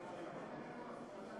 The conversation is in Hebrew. האור.